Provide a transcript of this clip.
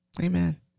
Amen